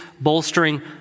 bolstering